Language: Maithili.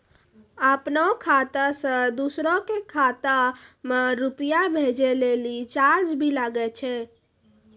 आपनों खाता सें दोसरो के खाता मे रुपैया भेजै लेल चार्ज भी लागै छै?